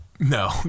No